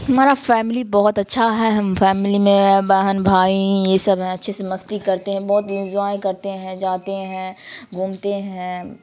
ہمارا فیملی بہت اچھا ہے ہم فیملی میں بہن بھائی یہ سب ہیں اچھے سے مستی کرتے ہیں بہت انجوائے کرتے ہیں جاتے ہیں گھومتے ہیں